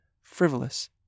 frivolous